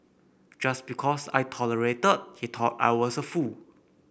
just because I tolerated he thought I was a fool